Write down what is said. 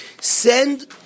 send